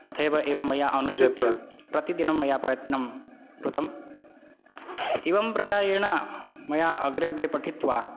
तथैव एव मया अनुशृत्य प्रतिदिनं मया प्रयत्नं कृतम् एवं प्राकारेण मया अग्रे अग्रे पठित्वा